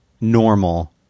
normal